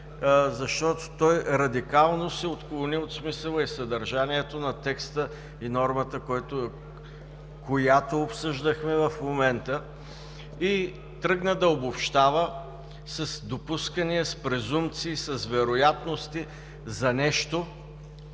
защото той радикално се отклони от смисъла и съдържанието на текста и нормата, която обсъждаме в момента, и тръгна да обобщава с допускания, с презумпции, с вероятности за нещо,